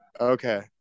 Okay